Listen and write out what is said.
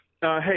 Hey